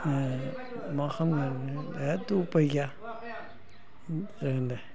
मा खालामनो एखदम उफाय गैया ओरै होन्दो